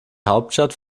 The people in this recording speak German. hauptstadt